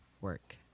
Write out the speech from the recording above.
work